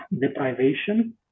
deprivation